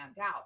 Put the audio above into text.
out